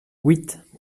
huit